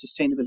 sustainability